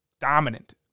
dominant